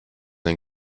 ein